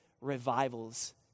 revivals